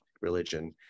religion